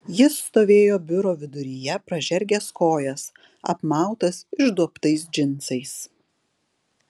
jis stovėjo biuro viduryje pražergęs kojas apmautas išduobtais džinsais